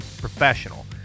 professional